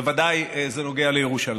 בוודאי זה נוגע לירושלים,